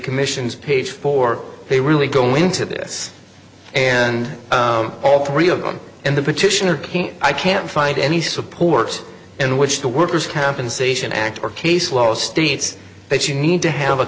commissions page for they really go into this and all three of them and the petitioner can't i can't find any support in which the workers compensation act or case law states that you need to have